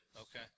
Okay